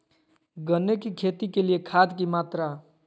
गन्ने की खेती के लिए खाद की मात्रा?